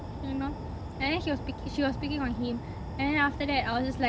you know and then she was pic~ she was picking on him and then after that I was just like